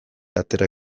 atera